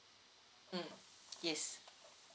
mm yes